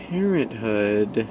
Parenthood